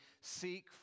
seek